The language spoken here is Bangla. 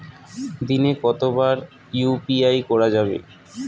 দিনে কতবার ইউ.পি.আই করা যাবে?